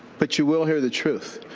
but you will hear the truth.